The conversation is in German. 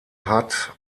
hat